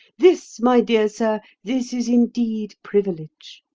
this, my dear sir this is indeed privilege